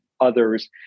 others